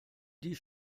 die